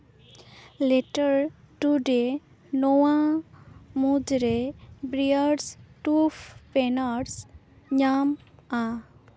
letter today ᱱᱚᱣᱟ ᱢᱩᱫᱽᱨᱮ ᱵᱨᱤᱭᱟᱨᱥ ᱴᱩ ᱵᱮᱱᱟᱨᱥ ᱧᱟᱢᱟ